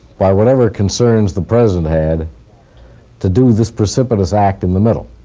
by whatever concerns the president had to do this precipitous act in the middle